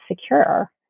secure